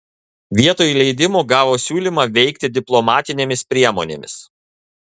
vietoj leidimo gavo siūlymą veikti diplomatinėmis priemonėmis